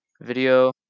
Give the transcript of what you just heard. Video